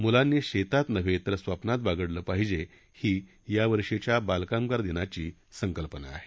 मुलांनी शेतात नव्हे तर स्वप्नात बागडलं पाहिजे ही यावर्षीच्या बालकामगार दिनाची संकल्पना आहे